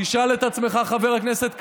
תשאל את עצמך, חבר הכנסת קרעי,